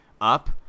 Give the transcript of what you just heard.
up